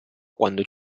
quando